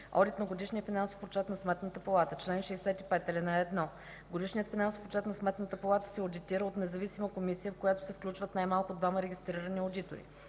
„Одит на годишния финансов отчет на Сметната палата Чл. 65. (1) Годишният финансов отчет на Сметната палата се одитира от независима комисия, в която се включват най-малко двама регистрирани одитори.